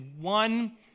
one